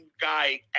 guy